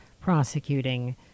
prosecuting